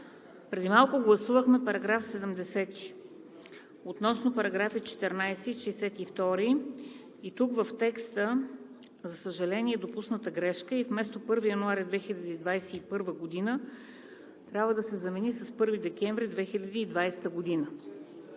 преди малко гласувахме § 70 относно параграфи 14 и 62. Тук в текста, за съжаление, е допусната грешка и вместо „1 януари 2021 г.“ трябва да се замени с „1 декември 2020 г.“